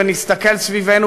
ונסתכל סביבנו,